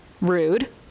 Rude